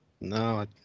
No